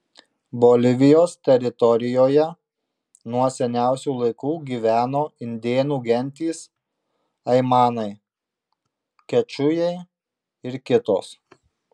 bolivijos teritorijoje nuo seniausių laikų gyveno indėnų gentys aimanai kečujai ir kitos